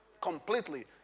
Completely